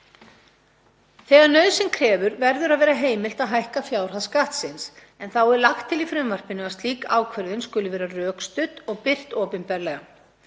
Þegar nauðsyn krefur verður að vera heimilt að hækka fjárhæð skattsins en þá er lagt til í frumvarpinu að slík ákvörðun skuli vera rökstudd og birt opinberlega.